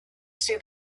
see